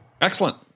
Excellent